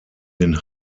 den